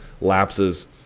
lapses